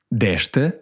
desta